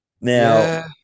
now